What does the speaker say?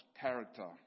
character